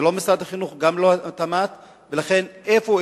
זה לא משרד החינוך, גם לא התמ"ת, ולכן, איפה?